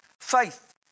faith